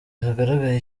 hagaragaye